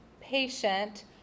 patient